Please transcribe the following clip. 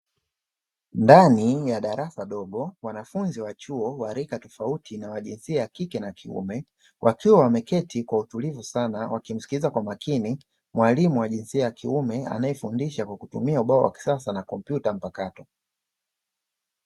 Ndani ya darasa dogo wanafunzi wa chuo wa rika tofauti na wa jinsia ya kike na kiume, wakiwa wameketi kwa utulivu sana wakimsikiliza kwa makini mwalimu wa jinsia ya kiume anayefundisha kwa kutumia ubao wa kisasa na kompyuta mpakato.